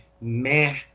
meh